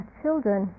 children